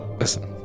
Listen